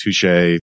touche